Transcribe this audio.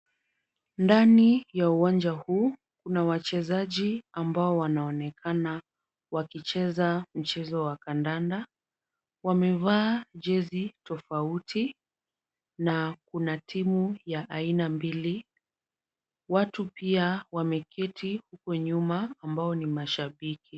Ndani ya uwanja huu, kuna wachezaji ambao wanaonekana wakicheza mchezo wa kandanda. Wamevaa jezi tofauti na kuna timu ya aina mbili. Watu pia wameketi huko nyuma ambao ni mashabiki.